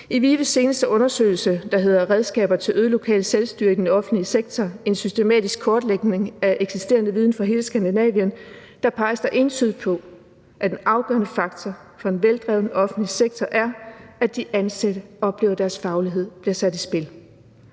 I VIVE's seneste undersøgelse, der hedder »Redskaber til øget lokalt selvstyre i den offentlige sektor – en systematisk kortlægning af eksisterende viden fra hele Skandinavien«, peges der entydigt på, at en afgørende faktor for en veldreven offentlig sektor er, at de ansatte oplever, at deres faglighed bliver sat i spil.